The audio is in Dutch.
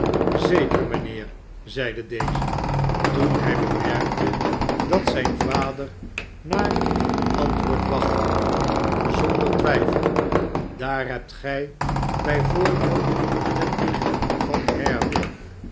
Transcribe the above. zeker mijnheer zeide deze toen hij bemerkte dat zijn vader naar een antwoord wachtte zonder twijfel daar hebt gij bij voorbeeld de nicht van